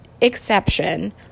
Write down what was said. Exception